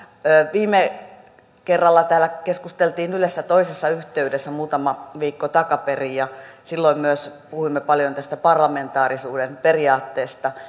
viime kerran täällä keskusteltiin ylestä toisessa yhteydessä muutama viikko takaperin ja myös silloin puhuimme paljon tästä parlamentaarisuuden periaatteesta